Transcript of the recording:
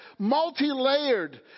multilayered